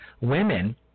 women